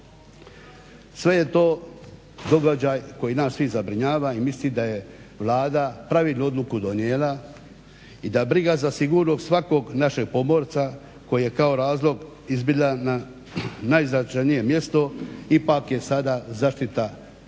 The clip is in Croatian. Sve je to događaj koji nas sve zabrinjava i mislim da je Vlada pravilnu odluku donijela i da briga za sigurnost svakog našeg pomorca koji je kao razlog izbila na najznačajnije mjesto ipak je sada zaštita